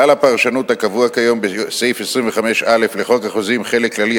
כלל הפרשנות הקבוע כיום בסעיף 25(א) לחוק החוזים (חלק כללי),